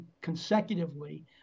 consecutively